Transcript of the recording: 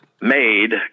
made